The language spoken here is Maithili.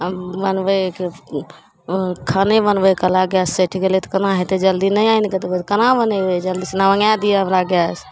हम बनबैके ओ खाने बनबैकाल गैस सठि गेलै तऽ कोना हेतै जल्दी नहि आनिके देबै तऽ कोना बनेबै जल्दी सना मँगै दिअऽ हमरा गैस